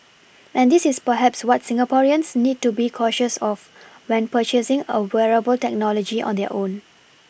and this is perhaps what Singaporeans need to be cautious of when purchasing a wearable technology of their own